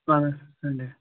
اَہَن حظ سنٛڈے